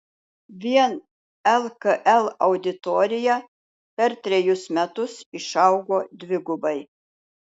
vien lkl auditorija per trejus metus išaugo dvigubai